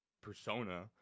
persona